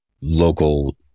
local